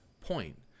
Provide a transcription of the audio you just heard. point